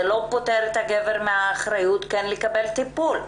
זה לא פותר את הגבר מהאחריות לקבל טיפול.